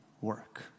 work